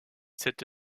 cette